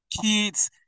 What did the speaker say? kids